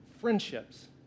friendships